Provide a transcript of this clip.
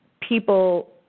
people